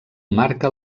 marca